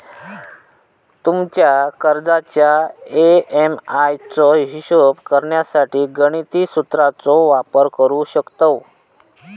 तुमच्या कर्जाच्या ए.एम.आय चो हिशोब करण्यासाठी गणिती सुत्राचो वापर करू शकतव